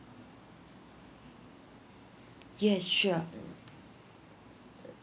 yeah sure